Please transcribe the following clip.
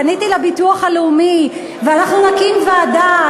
פניתי לביטוח הלאומי ואנחנו נקים ועדה,